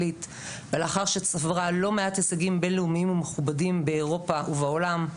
ולאחר שצברה לא מעט הישגים בין-לאומיים באירופה ובשאר העולם,